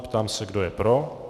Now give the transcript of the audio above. Ptám se, kdo je pro.